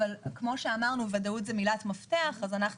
אבל כמו שאמרנו,